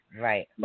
Right